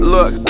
Look